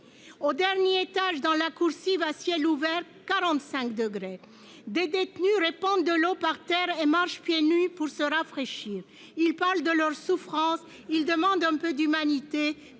Au dernier étage, dans la coursive à ciel ouvert, la température était de 45 degrés. Des détenus répandaient de l'eau par terre et marchaient pieds nus pour se rafraîchir. Ils parlaient de leur souffrance ; ils demandaient un peu d'humanité,